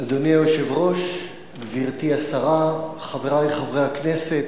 אדוני היושב-ראש, גברתי השרה, חברי חברי הכנסת,